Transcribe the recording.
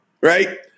right